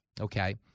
okay